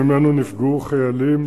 שממנו נפגעו חיילים,